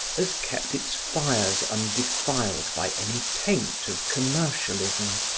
has kept its fires undefiled by any taint of commercialism.